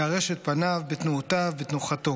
בארשת פניו, בתנועותיו, בתנוחתו.